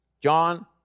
John